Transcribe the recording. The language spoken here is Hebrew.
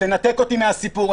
תנתק אותי מהסיפור.